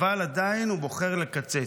אבל עדיין הוא בוחר לקצץ.